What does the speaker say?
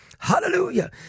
Hallelujah